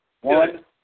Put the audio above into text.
One